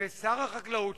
ושר החקלאות,